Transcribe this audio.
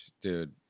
Dude